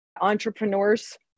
entrepreneurs